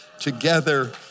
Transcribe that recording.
together